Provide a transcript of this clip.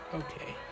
okay